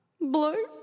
Blue